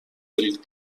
دارید